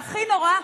והכי נורא,